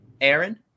Aaron